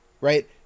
right